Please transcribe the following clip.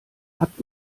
hat